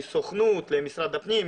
מהסוכנות למשרד הפנים,